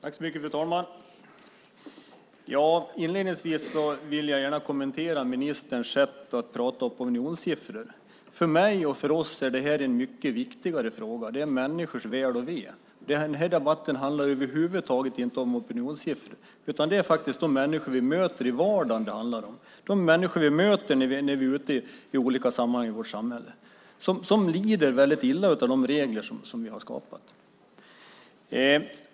Fru talman! Inledningsvis vill jag gärna kommentera ministerns sätt att prata opinionssiffror. För mig och för oss är det här en mycket viktigare fråga: Det är människors väl och ve. Den här debatten handlar över huvud taget inte om opinionssiffror, utan det handlar om de människor vi möter i vardagen, de människor vi möter när vi är ute i olika sammanhang i vårt samhälle. De lider väldigt illa av de regler som ni har skapat.